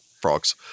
frogs